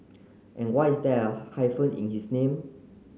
and why is there hyphen in his name